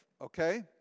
Okay